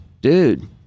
dude